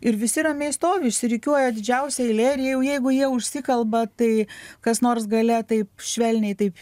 ir visi ramiai stovi išsirikiuoja didžiausia eilė ir jau jeigu jie užsikalba tai kas nors gale taip švelniai taip